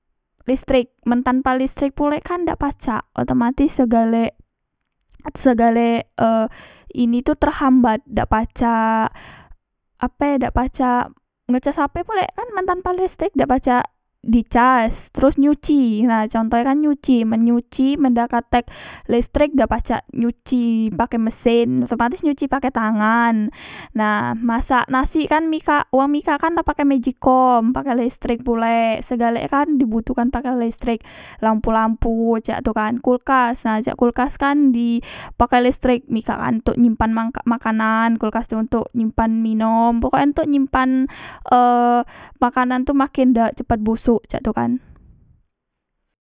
Listrik men tanpa listrik pulek kan dak pacak otomatis segalek segalek e ini tu terhambat dak pacak e ape dak pacak ngecas hp pulek kan men tanpa listrik dak pacak dicas teros nyuci ha contohe kan nyuci men nyuci men dak katek lestrek dak pacak nyuci pake mesen otomatis nyuci pake tangan nah masak nasi kan mikak wang mikak kan pake mejikom pake lestrek pulek segalek e kan dibutuhkan pake lestrek lampu lampu cak tu kan kulkas nah cak kulkas kan di pakek lestrek mikak kan ntok nyimpan mak makanan kolkas tu ontok nyimpan minom pokok e ntok nyimpan e makanan tu makin dak cepat busuk cak tu kan